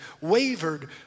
wavered